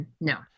No